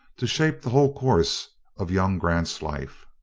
to shape the whole course of young grant's life.